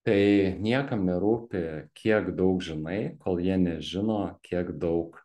tai niekam nerūpi kiek daug žinai kol jie nežino kiek daug